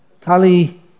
kali